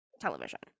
television